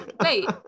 wait